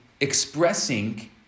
expressing